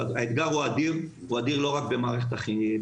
האתגר הוא אדיר, והוא אדיר לא רק במערכת החרדית.